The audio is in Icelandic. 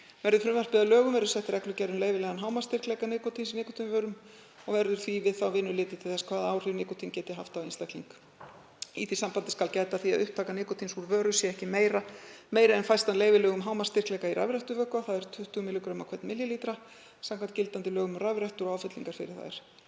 Verði frumvarpið að lögum verður sett reglugerð um leyfilegan hámarksstyrkleika nikótíns í nikótínvörum og verður því við þá vinnu litið til þess hvaða áhrif nikótín getur haft á einstakling. Í því sambandi skal gæta að því að upptaka nikótíns úr vöru sé ekki meiri en fæst af leyfilegum hámarksstyrkleika í rafrettuvökva, þ.e. 20 mg/ml, samkvæmt gildandi lögum um rafrettur og áfyllingar fyrir þær.